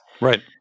Right